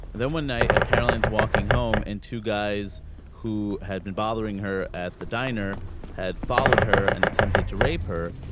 then one night a carolyn's walking home and two guys who had been bothering her at the diner had followed her and attempted to rape her